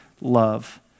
love